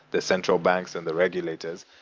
the central banks and the regulators,